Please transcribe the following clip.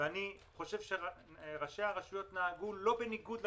אני חושב שראשי הרשויות נהגו לא בניגוד לכללים,